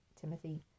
Timothy